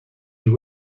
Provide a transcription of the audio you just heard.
you